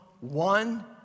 one